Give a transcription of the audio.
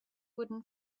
wooden